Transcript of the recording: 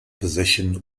position